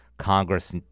Congress